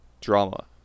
drama